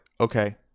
okay